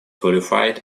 qualified